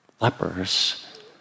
lepers